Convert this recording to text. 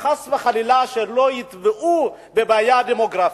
וחס וחלילה לא יטבעו בבעיה הדמוגרפית.